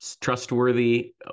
trustworthy